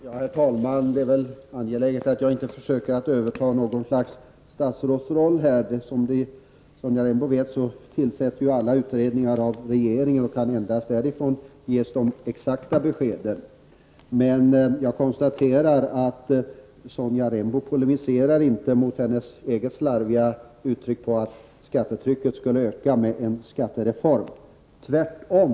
Herr talman! Jag tycker att det är angeläget att understryka att jag inte avser att på något sätt spela rollen som statsråd. Som Sonja Rembo vet tillsätts alla utredningar av regeringen. Det är således endast från det hållet som exakta besked kan ges. Sedan konstaterar jag att Sonja Rembo så att säga inte polemiserar mot sitt eget slarviga uttalande om att skattetrycket kommer att öka i och med skattereformen. Nej, tvärtom!